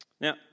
Now